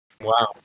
Wow